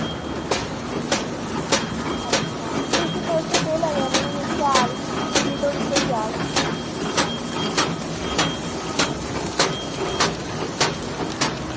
ते भी तुसेंगी केह् लगदा शैल किन्ने धोड़ी थ्होई जाह्ग मिगी